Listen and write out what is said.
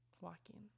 Walking